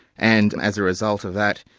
and and as a result of that,